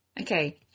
okay